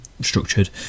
structured